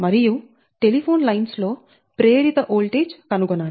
మరియు telephone lines లో ప్రేరిత వోల్టేజ్ కనుగొనాలి